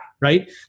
right